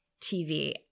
TV